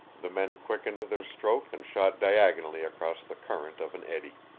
the men quickened their stroke and shot diagonally across the current of an eddy.